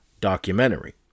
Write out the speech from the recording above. documentary